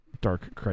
dark